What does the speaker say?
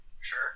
Sure